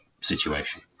situation